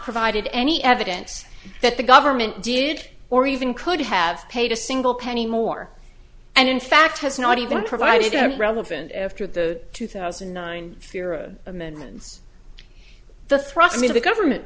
provided any evidence that the government did or even could have paid a single penny more and in fact has not even provided any relevant after the two thousand and nine fear of amendments the thrust me to the government